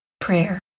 prayer